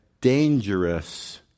dangerous